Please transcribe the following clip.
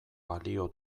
balio